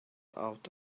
out